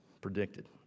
predicted